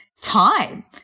time